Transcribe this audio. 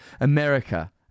America